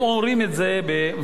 הם אומרים את זה במפורש.